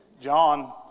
John